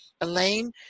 Elaine